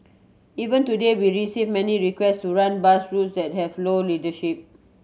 even today we receive many requests to run bus routes that have low ridership